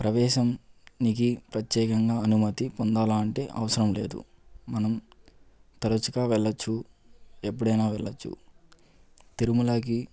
ప్రవేశం నీకు ప్రత్యేకంగా అనుమతి పొందాలా అంటే అవసరం లేదు మనం తరచుగా వెళ్లవచ్చు ఎప్పుడైనా వెళ్లవచ్చు తిరుమలకి